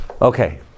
Okay